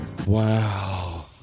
Wow